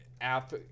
app